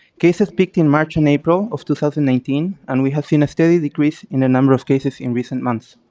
cases peaked in march and april of two thousand and nineteen and we have seen a steady decrease in a number of cases in recent months.